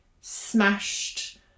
smashed